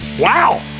Wow